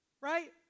Right